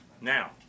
Now